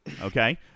okay